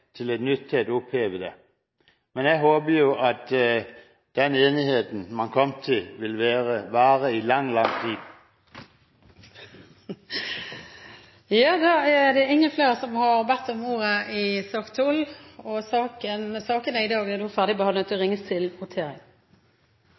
til et nytt har opphevet det. Men jeg håper jo at den enigheten man kom til, vil vare i lang, lang tid. Flere har ikke bedt om ordet til sak nr. 12. Stortinget skal votere over sakene på dagens kart. Under debatten er det satt fram i